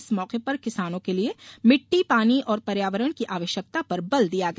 इस मौके पर किसानों के लिए मिट्टी पानी और पर्यावरण की आवश्यकता पर बल दिया गया